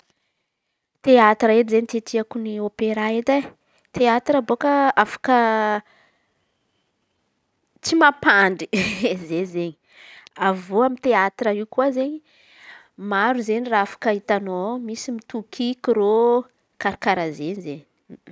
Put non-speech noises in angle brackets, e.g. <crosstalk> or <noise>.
Teatra edy izen̈y tiatiako no ôpera edy e. Teatra bôka afaka tsy mampandry <laughs> izen̈y avy eo teatra io koa izen̈y maro izen̈y raha afaka hitan̈ô misy tokiky rô karà karàha izen̈y.